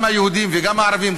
גם היהודים וגם הערבים,